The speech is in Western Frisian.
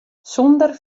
sûnder